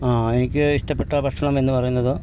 ആ എനിക്ക് ഇഷ്ടപെട്ട ഭക്ഷണം എന്ന് പറയുന്നത്